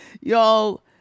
Y'all